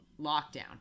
lockdown